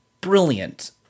brilliant